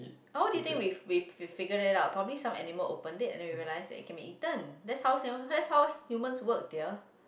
how do you think we we we figured it out probably some animal opened it and then we realised it could be eaten that's how Singapore that's how humans work dear